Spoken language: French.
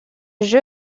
jeu